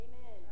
Amen